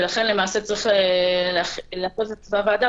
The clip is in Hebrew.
ולכן למעשה צריך להפעיל את אותה ועדה.